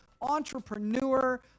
entrepreneur